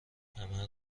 همه